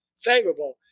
favorable